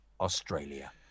Australia